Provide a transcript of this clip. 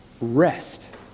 rest